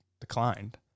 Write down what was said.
declined